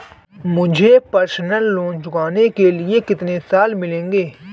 मुझे personal loan चुकाने के लिए कितने साल मिलेंगे?